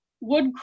Wood